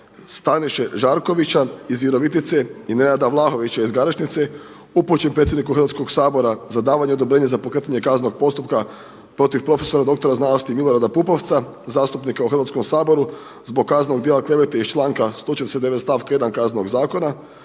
Staniše Žarkovića iz Virovitice i Nenada Vlahovića iz Garešnice upućen predsjedniku Hrvatskog sabora za davanje odobrenja za pokretanje kaznenog postupka protiv profesora doktora znanosti Milorada Pupovca, zastupnika u Hrvatskom saboru zbog kaznenog djela klevete iz članka 149. stavka 1. Kaznenog zakona.